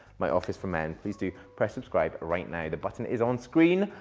my office for men. please do press subscribe right now. the button is on screen.